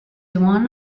one